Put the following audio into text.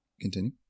continue